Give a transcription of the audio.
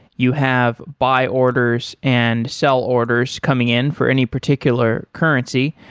you have buy orders and sell orders coming in for any particular currency.